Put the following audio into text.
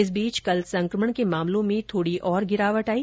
इस बीच कल संकमण के मामलों में थोड़ी और गिरावट आई